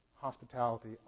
hospitality